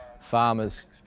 farmers